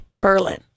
Berlin